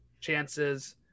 chances